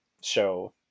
show